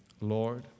Lord